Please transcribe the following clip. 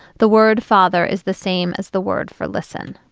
the word father is the same as the word for. listen,